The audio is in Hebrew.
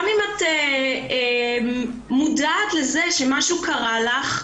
גם אם את מודעת לזה שמשהו קרה לך,